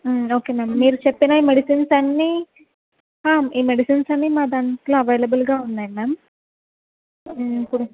okay ma'am మీరు చెప్పినవి medicines అన్నీ ఈ మెడిసిన్స్ అన్నీ మా దాంట్లో అవైలబుల్గా ఉన్నాయి మ్యామ్